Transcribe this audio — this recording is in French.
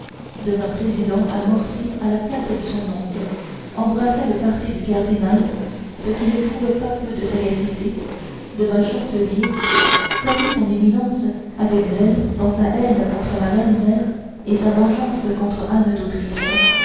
devint président à mortier à la place de son oncle embrassa le parti du cardinal ce qui ne prouvait pas peu de sagacité devint chancelier servit son éminence avec zèle dans sa haine contre la reine mère et sa vengeance contre anne d'autriche